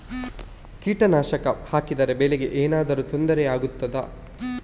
ಕೀಟನಾಶಕ ಹಾಕಿದರೆ ಬೆಳೆಗೆ ಏನಾದರೂ ತೊಂದರೆ ಆಗುತ್ತದಾ?